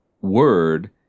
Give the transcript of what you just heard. word